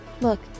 Look